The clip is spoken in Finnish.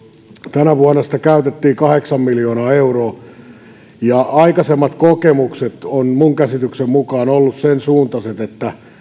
tänä vuonna sitä käytettiin kahdeksan miljoonaa euroa ja aikaisemmat kokemukset ovat minun käsitykseni mukaan olleet sen suuntaiset että